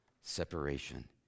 separation